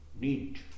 need